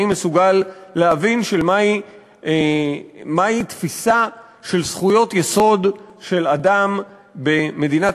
מסוגל להבין של מהי תפיסה של זכויות יסוד של אדם במדינת